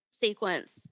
sequence